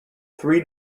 three